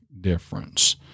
difference